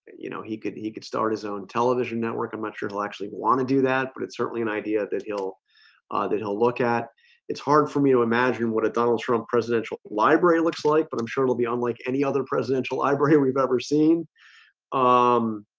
you know he could he could start his own television network i'm not sure he'll actually want to do that but it's certainly an idea that he'll that he'll look at it's hard for me imagine. what a donald trump presidential library looks like but i'm sure it'll be unlike any other presidential ibraham we've ever seen um